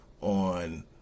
on